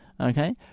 Okay